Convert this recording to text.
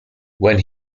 when